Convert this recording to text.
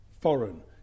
foreign